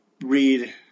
read